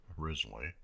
originally